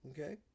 okay